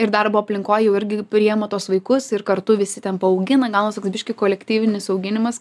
ir darbo aplinkoj jau irgi priema tuos vaikus ir kartu visi ten paaugina gaunas toks biškį kolektyvinis auginimas